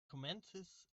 komencis